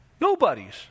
Nobody's